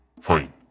Fine